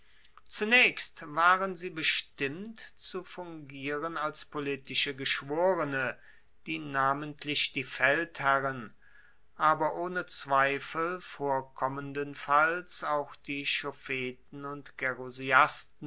zunaechst waren sie bestimmt zu fungieren als politische geschworene die namentlich die feldherren aber ohne zweifel vorkommendenfalls auch die schofeten und